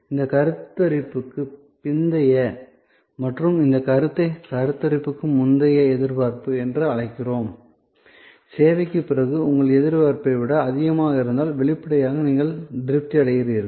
நாம் கருத்தரிப்புக்கு பிந்தைய மற்றும் இந்த கருத்தை கருத்தரிப்புக்கு முந்தைய எதிர்பார்ப்பு என்று அழைக்கிறோம் சேவைக்குப் பிறகு உங்கள் எதிர்பார்ப்பை விட அதிகமாக இருந்தால் வெளிப்படையாக நீங்கள் திருப்தி அடைகிறீர்கள்